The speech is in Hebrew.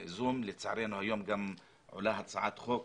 לצערנו, היום עולה הצעת חוק